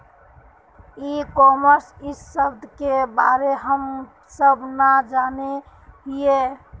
E commerce इस सब के बारे हम सब ना जाने हीये?